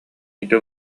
ити